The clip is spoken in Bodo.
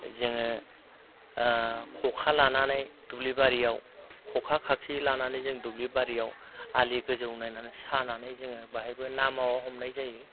जोंङो ख'खा लानानै दुब्लि बारियाव ख'खा खाखि लानानै जोंङो दुब्लि बारियाव आलि गोजौ नायनानै सानानै जोंङो बाहायबो ना मावा हमनाय जायो